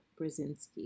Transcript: Brzezinski